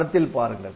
படத்தில் பாருங்கள்